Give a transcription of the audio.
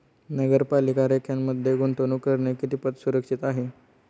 नगरपालिका रोख्यांमध्ये गुंतवणूक करणे कितपत सुरक्षित आहे?